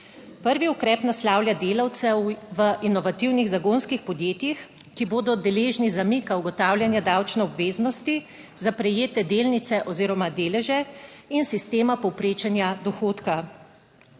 Prvi ukrep naslavlja delavce v inovativnih zagonskih podjetjih, ki bodo deležni zamika ugotavljanja davčne obveznosti za prejete delnice oziroma deleže in sistema povprečnega dohodka,